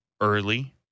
Early